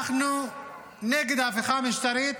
אנחנו נגד ההפיכה המשטרית